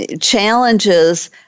challenges